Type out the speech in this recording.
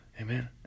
Amen